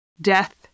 Death